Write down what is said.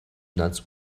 nuts